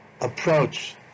approach